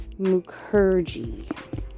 Mukherjee